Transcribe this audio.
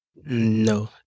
No